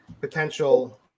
potential